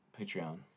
Patreon